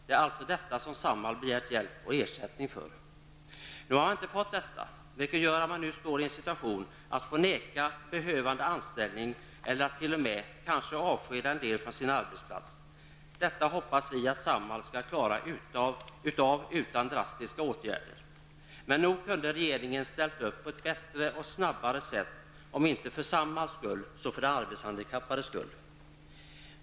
Det är alltså detta som Samhall begärt hjälp med och ersättning för. Nu har man inte fått vare sig hjälp eller ersättning, vilket gör att man står i en situation där man måste förvägra behövande anställning eller att man kanske t.o.m. måste avskeda en del från deras arbetsplats. Detta hoppas vi att Samhall skall klara utan drastiska åtgärder. Men nog kunde regeringen ställt upp på ett bättre och snabbare sätt, om inte för Samhalls så för de arbetshandikappades skull.